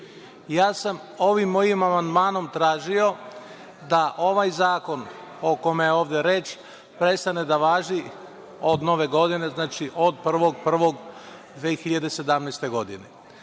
sam ovim mojim amandmanom tražio da ovaj zakon o kome je ovde reč prestane da važi od Nove godine, znači od 1. januara 2017. godine.